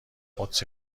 قدسی